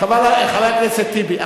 חבר הכנסת טיבי,